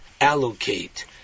allocate